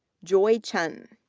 joy chen,